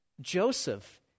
Joseph